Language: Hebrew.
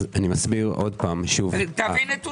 תביא נתונים.